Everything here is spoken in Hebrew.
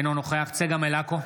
אינו נוכח צגה מלקו,